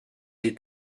est